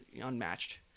unmatched